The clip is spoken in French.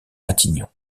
matignon